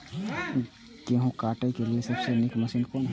गेहूँ काटय के लेल सबसे नीक मशीन कोन हय?